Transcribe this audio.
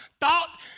Thought